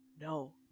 no